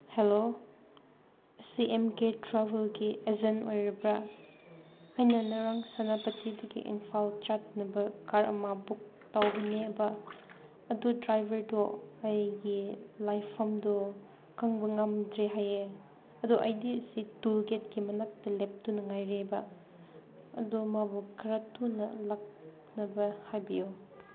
hello ꯁꯤ ꯑꯦꯝ ꯒꯦꯠ ꯇ꯭ꯔꯦꯚꯦꯜꯒꯤ ꯑꯦꯖꯦꯟ ꯑꯣꯏꯔꯕ꯭ꯔꯥ ꯑꯩꯅ ꯉꯔꯥꯡ ꯁꯦꯅꯥꯄꯇꯤꯗꯒꯤ ꯏꯝꯐꯥꯜ ꯆꯠꯅꯕ ꯀꯥꯔ ꯑꯃ ꯕꯨꯛ ꯇꯧꯕꯅꯦꯕ ꯑꯗꯨ ꯗ꯭ꯔꯥꯏꯚꯔꯗꯣ ꯑꯩꯒꯤ ꯂꯩꯐꯝꯗ ꯈꯪꯕ ꯉꯝꯗ꯭ꯔꯦ ꯍꯥꯏꯑꯦ ꯑꯗꯨ ꯑꯩꯗꯤ ꯁꯤ ꯇꯨꯜ ꯒꯦꯠꯀꯤ ꯃꯅꯥꯛꯇ ꯂꯦꯞꯇꯨꯅ ꯉꯥꯏꯔꯦꯕ ꯑꯗꯣ ꯃꯥꯕꯨ ꯈꯨꯔ ꯊꯨꯅ ꯂꯥꯛꯅꯕ ꯍꯥꯏꯕꯤꯌꯣ